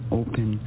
open